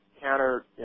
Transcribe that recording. counter